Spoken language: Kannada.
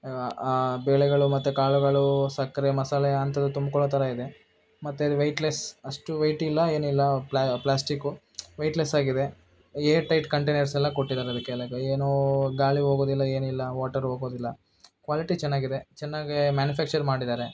ಬೇಳೆಗಳು ಮತ್ತು ಕಾಳುಗಳು ಸಕ್ಕರೆ ಮಸಾಲೆ ಅಂಥದ್ದು ತುಂಬಿಕೊಳ್ಳೋ ಥರ ಇದೆ ಮತ್ತು ಅದು ವೆಯ್ಟ್ಲೆಸ್ ಅಷ್ಟು ವೆಯ್ಟ್ ಇಲ್ಲ ಏನಿಲ್ಲ ಪ್ಲಾ ಪ್ಲಾಸ್ಟಿಕ್ಕು ವೆಯ್ಟ್ಲೆಸ್ಸಾಗಿದೆ ಏರ್ ಟೈಟ್ ಕಂಟೈನರ್ಸೆಲ್ಲ ಕೊಟ್ಟಿದ್ದಾರದಕ್ಕೆಲ್ಲ ಏನೂ ಗಾಳಿ ಹೋಗೋದಿಲ್ಲ ಏನಿಲ್ಲ ವಾಟರ್ ಹೋಗೋದಿಲ್ಲ ಕ್ವಾಲಿಟಿ ಚೆನ್ನಾಗಿದೆ ಚೆನ್ನಾಗೆ ಮ್ಯಾನುಫ್ಯಾಕ್ಚರ್ ಮಾಡಿದ್ದಾರೆ